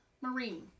marine